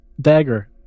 dagger